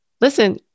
Listen